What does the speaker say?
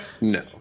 No